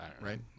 right